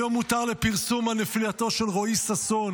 היום הותר לפרסום על נפילתו של רואי ששון,